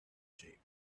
shape